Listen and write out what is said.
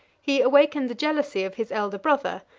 he awakened the jealousy of his elder brother,